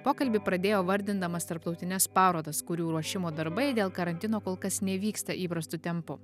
pokalbį pradėjo vardindamas tarptautines parodas kurių ruošimo darbai dėl karantino kol kas nevyksta įprastu tempu